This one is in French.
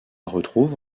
retrouve